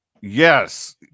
yes